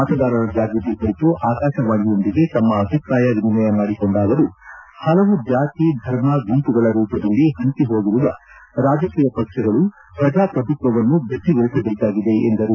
ಮತದಾರರ ಜಾಗ್ಯತಿ ಕುರಿತು ಆಕಾಶವಾಣಿಯೊಂದಿಗೆ ತಮ್ಮ ಅಭಿಪ್ರಾಯ ವಿನಿಮಯ ಮಾಡಿಕೊಂಡ ಅವರು ಪಲವು ಜಾತಿ ಧರ್ಮ ಗುಂಮಗಳ ರೂಪದಲ್ಲಿ ಪಂಚಿ ಹೋಗಿರುವ ರಾಜಕೀಯ ಪಕ್ಷಗಳು ಪ್ರಜಾಪುಭತ್ವವನ್ನು ಗಟ್ಟಿಗೊಳಿಸಬೇಕಾಗಿದೆ ಎಂದರು